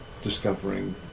discovering